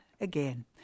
again